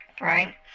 right